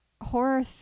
horror